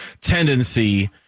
tendency